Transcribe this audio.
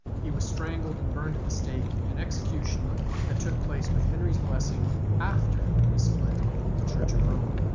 he was strangled and burned at the stake in execution that took place with henry's blessing after his split with the church of rome.